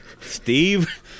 Steve